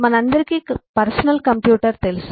మనందరికీ personal computer తెలుసు